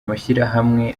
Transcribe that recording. amashirahamwe